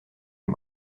une